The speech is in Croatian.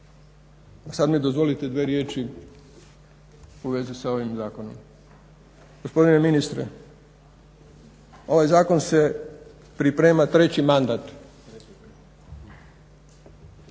A sada mi dozvolite dvije riječi u vezi sa ovim zakonom. Gospodine ministre, ovaj zakon se priprema treći mandat